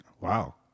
Wow